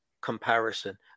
comparison